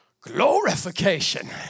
glorification